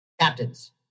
Captains